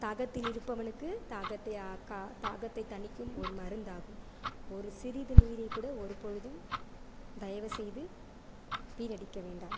தாகத்தில் இருப்பவனுக்குத் தாகத்தை கா தாகத்தைத் தணிக்கும் ஒரு மருந்தாகும் ஒரு சிறிது நீரைக்கூட ஒரு பொழுதும் தயவு செய்து வீணடிக்க வேண்டாம்